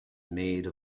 made